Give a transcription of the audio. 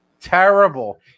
Terrible